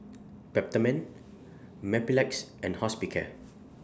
Peptamen Mepilex and Hospicare